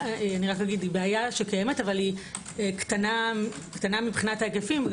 אבל היא קטנה מבחינת ההיקפים.